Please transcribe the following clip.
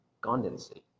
condensate